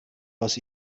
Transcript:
was